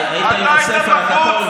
היית עם הספר הכחול והספר החום.